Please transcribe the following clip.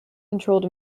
controlled